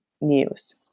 News